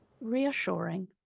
reassuring